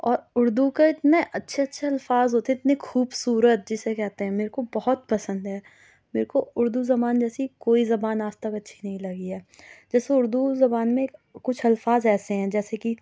اور اُردو کے اتنے اچھے اچھے الفاظ ہوتے اتنے خوبصورت جسے کہتے ہیں میرے کو بہت پسند ہے میرے کو اُردو زبان جیسی کوئی زبان آج تک اچھی نہیں لگی ہے جیسے اُردو زبان میں کچھ الفاظ ایسے ہیں جیسے کہ